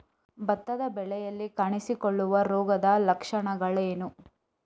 ಭತ್ತದ ಬೆಳೆಗಳಲ್ಲಿ ಕಾಣಿಸಿಕೊಳ್ಳುವ ರೋಗದ ಲಕ್ಷಣಗಳೇನು?